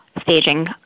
staging